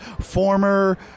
Former